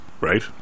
Right